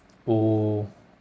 oh